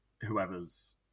whoever's